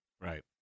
Right